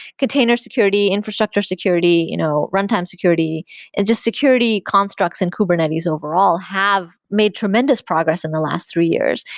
container security, infrastructure security, you know runtime security and just security constructs and kubernetes overall have made tremendous progress in the last three years.